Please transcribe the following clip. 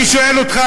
אני שואל אותך,